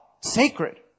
Sacred